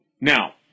Now